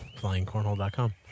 flyingcornhole.com